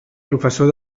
professor